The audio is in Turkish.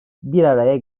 biraraya